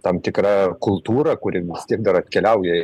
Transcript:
tam tikra kultūra kuri vis tiek dar atkeliauja